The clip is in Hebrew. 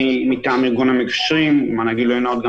למען הגילוי הנאות,